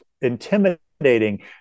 intimidating